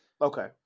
Okay